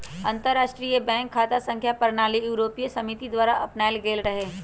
अंतरराष्ट्रीय बैंक खता संख्या प्रणाली यूरोपीय समिति द्वारा अपनायल गेल रहै